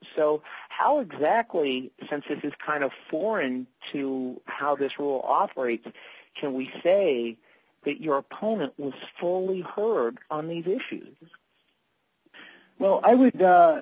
so how exactly sense it is kind of foreign to how this rule operates can we say that your opponent was fully heard on these issues as well i would